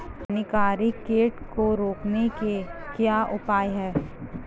हानिकारक कीट को रोकने के क्या उपाय हैं?